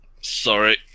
Sorry